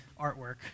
artwork